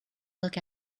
look